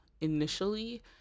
initially